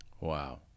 Wow